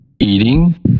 Eating